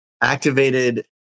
activated